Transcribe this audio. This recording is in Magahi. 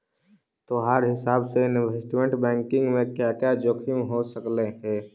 तोहार हिसाब से इनवेस्टमेंट बैंकिंग में क्या क्या जोखिम हो सकलई हे